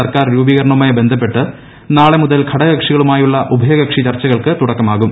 സർക്കാർ രൂപീകരണവുമായി ബന്ധപ്പെട്ട് നാളെ മുതൽ ഘടകകക്ഷികളുമായുള്ള ഉഭയകക്ഷി ചർച്ചകൾക്ക് തുടക്കമാകും